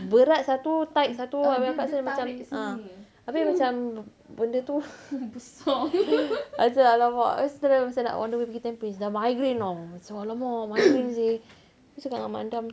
berat satu tight satu habis kakak rasa macam ah tapi macam benda tu macam !alamak! lepas tu masa nak on the way pergi tampines dah migraine [tau] macam !alamak! migraine seh cakap dengan mak andam